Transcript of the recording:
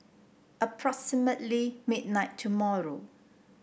approximately midnight tomorrow